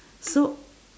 so